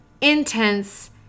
intense